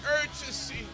urgency